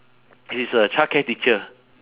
she's a childcare teacher